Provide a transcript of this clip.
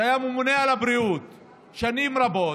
שהיה ממונה על הבריאות שנים רבות,